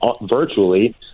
virtually